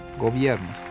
gobiernos